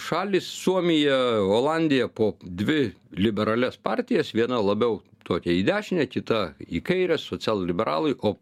šalys suomija olandija po dvi liberalias partijas viena labiau tokia į dešinę kita į kairę socialliberalai o